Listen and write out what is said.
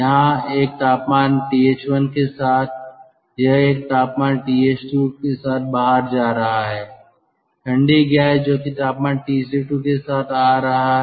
यहाँ एक तापमान TH1 के साथ यह एक तापमान TH2 साथ बाहर जा रहा है ठंडी गैस जो कि तापमान TC2 के साथ आ रहा है